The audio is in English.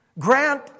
Grant